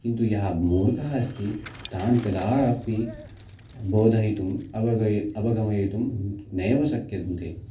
किन्तु यः मूर्खः अस्ति तान् कदापि बोधयितुम् अवगय् अवगमयितुं नैव शक्यन्ते